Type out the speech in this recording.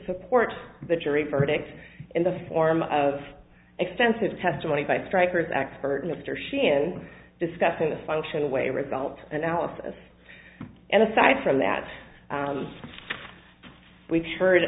support the jury's verdict in the form of extensive testimony by stryker's expert or she in discussing the function away result analysis and aside from that we've heard